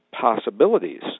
possibilities